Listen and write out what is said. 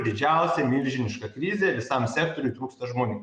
didžiausia milžiniška krizė visam sektoriuj trūksta žmonių